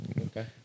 okay